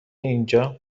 اینجا